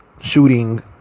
shooting